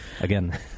Again